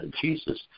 Jesus